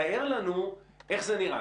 תאר לנו איך זה נראה.